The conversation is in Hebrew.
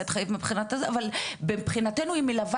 להתחייב על משך הזמן אבל מבחינתנו היא תלווה